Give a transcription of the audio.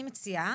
אני מציעה